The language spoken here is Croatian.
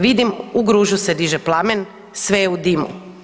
Vidim u Gružu se diže plamen, sve je u dimu.